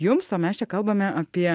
jums o mes čia kalbame apie